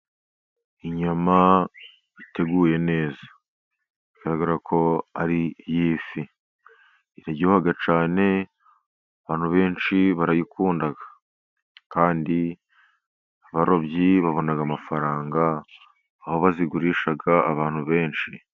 Inyama ziteguye neza bigaragara ko ari iy' ifi, iraryoha cyane abantu benshi barayikunda, kandi abarobyi babona amafaranga aho bazigurisha abantu benshi.